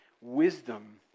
Wisdom